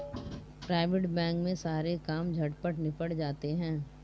private bank में सारे काम झटपट निबट जाते हैं